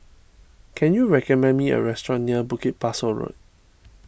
can you recommend me a restaurant near Bukit Pasoh Road